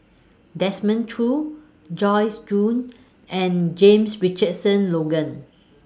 Desmond Choo Joyce Jue and James Richardson Logan